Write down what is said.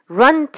run